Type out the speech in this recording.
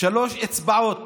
שלוש אצבעות.